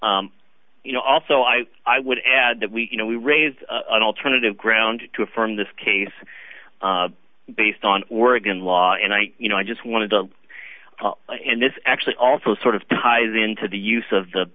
ok you know also i i would add that we you know we raised an alternative ground to affirm this case based on oregon law and i you know i just wanted to and this actually also sort of ties into the use of the